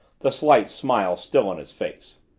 the slight smile still on his face.